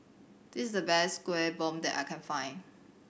this is the best Kuih Bom that I can find